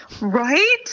Right